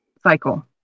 cycle